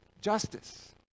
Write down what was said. justice